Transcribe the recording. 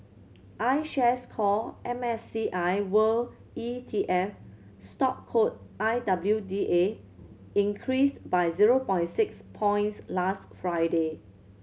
iShares Core M S C I World E T F stock code I W D A increased by zero by six points last Friday